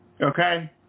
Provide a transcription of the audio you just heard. Okay